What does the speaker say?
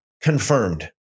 confirmed